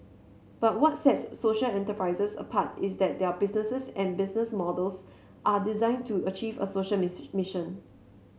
but what sets social enterprises apart is that their businesses and business models are designed to achieve a social miss mission